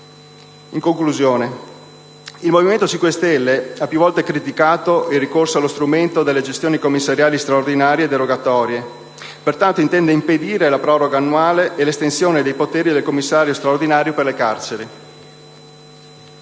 In conclusione, il Movimento 5 Stelle, che ha più volte criticato il ricorso allo strumento delle gestioni commissariali straordinarie e derogatorie, intende impedire la proroga annuale e l'estensione dei poteri del Commissario straordinario per le carceri.